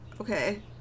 Okay